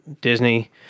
Disney